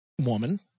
woman